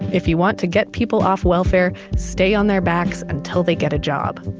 if you want to get people off welfare, stay on their backs until they get a job.